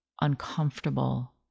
uncomfortable